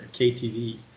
KTV